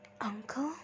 Uncle